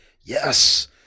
yes